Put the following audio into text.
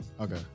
Okay